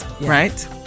right